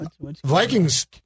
Vikings